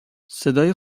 صدای